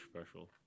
special